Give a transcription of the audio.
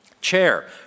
Chair